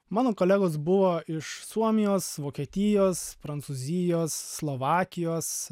mano kolegos buvo iš suomijos vokietijos prancūzijos slovakijos